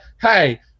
hey